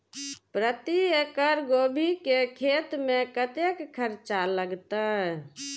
प्रति एकड़ गोभी के खेत में कतेक खर्चा लगते?